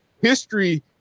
history